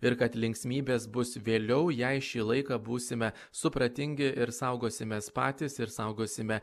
ir kad linksmybės bus vėliau jei šį laiką būsime supratingi ir saugosimės patys ir saugosime